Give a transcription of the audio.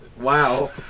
Wow